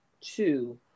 two